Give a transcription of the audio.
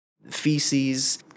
Feces